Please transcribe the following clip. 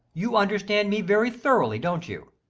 you understand me very thoroughly, don't you?